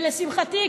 ולשמחתי,